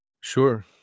Sure